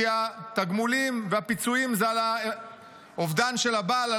התגמולים והפיצויים זה על אובדן של הבעל,